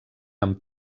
amb